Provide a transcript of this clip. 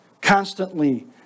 constantly